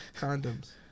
Condoms